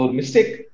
mistake